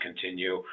continue